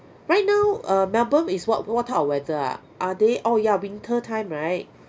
right now uh melbourne is what what type of weather ah are they oh ya winter time right